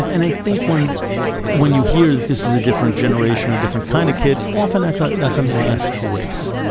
and i think when when you hear that this is a different generation or a different kind of kid, often that's ah that's a mask for race.